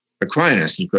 Aquinas